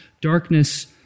darkness